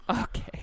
Okay